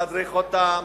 להדריך אותם,